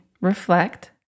reflect